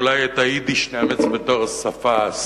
אולי את היידיש נאמץ בתור שפה,